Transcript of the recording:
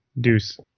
deuce